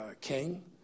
king